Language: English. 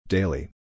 Daily